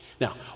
now